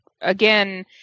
again